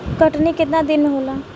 कटनी केतना दिन में होला?